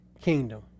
kingdom